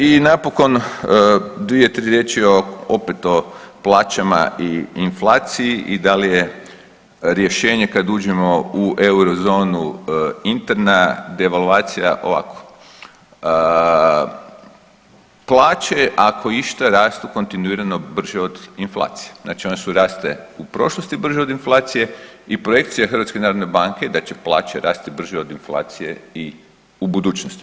I napokon dvije, tri riječi opet o plaćama i inflaciji i da li je rješenje kada uđemo u Eurozonu interna devalvacija ovako, plaće ako išta rastu kontinuirano brže od inflacije, znači one su rasle u prošlosti brže od inflacije i projekcija HNB-a da će plaće rasti brže od inflacije i u budućnosti.